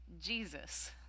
Jesus